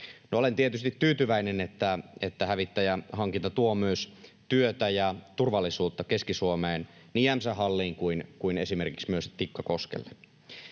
olen tietysti tyytyväinen, että hävittäjähankinta tuo myös työtä ja turvallisuutta Keski-Suomeen, niin Jämsän Halliin kuin esimerkiksi myös Tikkakoskelle.